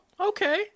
Okay